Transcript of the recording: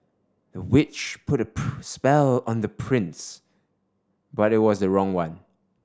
the witch put a spell on the prince but it was the wrong one